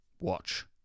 watch